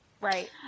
Right